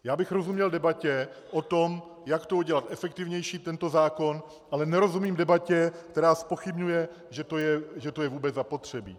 Já bych rozuměl debatě o tom, jak udělat efektivnější tento zákon, ale nerozumím debatě, která zpochybňuje, že to je vůbec zapotřebí.